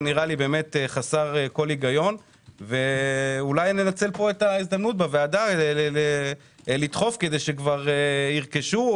נראה לי חסר היגיון ואולי ננצל את ההזדמנות בוועדה לדחוף כדי שירכשו,